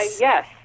Yes